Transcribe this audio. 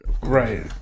right